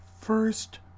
first